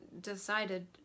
Decided